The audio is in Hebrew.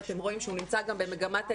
ואתם רואים שהוא נמצא גם במגמת עליה,